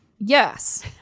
Yes